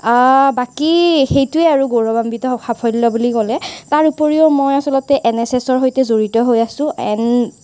বাকী সেইটোৱে আৰু গৌৰৱান্বিত সাফল্য বুলি ক'লে তাৰ উপৰিও মই আচলতে এন এচ এচ ৰ সৈতে জড়িত হৈ আছোঁ এন